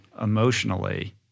emotionally